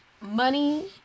money